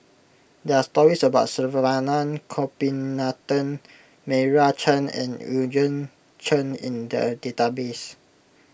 there are stories about Saravanan Gopinathan Meira Chand and Eugene Chen in the database